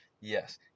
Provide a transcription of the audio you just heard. Yes